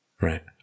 Right